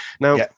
Now